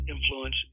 influence